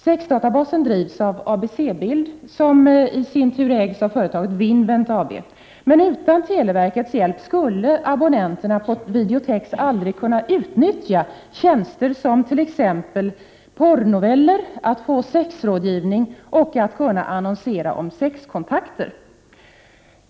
Sexdatabasen drivs av ABC-bild, som i sin tur ägs av företaget Vinvent AB. Men utan televerkets hjälp skulle abonnenterna på videotex inte kunna utnyttja tjänster som t.ex. porrnoveller, sexrådgivning och möjlighet att annonsera om sexkontakter.